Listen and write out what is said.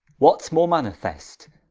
what's more manifest?